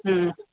ಹ್ಞೂ